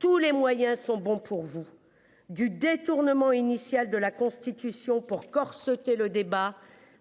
Tous les moyens sont bons pour vous du détournement initial de la Constitution pour corseter le débat